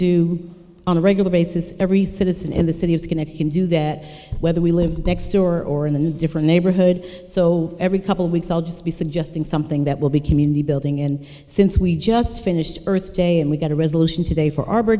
do on a regular basis every citizen in the city is going at him do that whether we lived next door or in the new different neighborhood so every couple weeks i'll just be suggesting something that will be community building and since we just finished earth day and we got a resolution today for arbor